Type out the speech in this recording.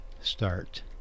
start